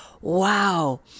wow